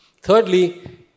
Thirdly